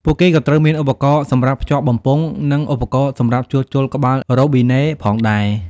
ពួកគេក៏ត្រូវមាន ឧបករណ៍សម្រាប់ភ្ជាប់បំពង់ និង ឧបករណ៍សម្រាប់ជួសជុលក្បាលរ៉ូប៊ីណេ ផងដែរ។